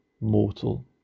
mortal